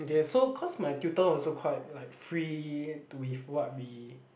okay so cause my tutor also quite like free with what we